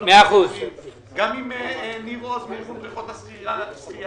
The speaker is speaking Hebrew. עם ניר עוז מבריכות השחייה.